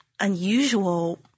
unusual